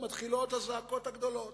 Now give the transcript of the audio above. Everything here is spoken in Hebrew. מתחילות הזעקות הגדולות,